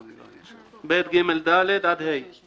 9(א) --- (ב)(ג)(ד) עד (ה).